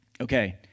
okay